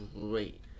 great